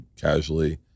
casually